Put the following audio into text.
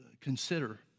consider